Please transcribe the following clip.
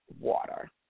water